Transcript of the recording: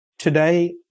Today